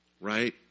Right